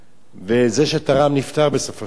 וזה שתרם נפטר בסופו של דבר.